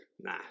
Nah